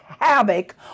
havoc